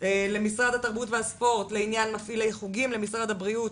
למשרד התרבות והספורט לעניין מפעילי חוגים למשרד הבריאות.